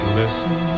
listen